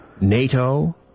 NATO